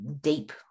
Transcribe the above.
deep